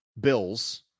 bills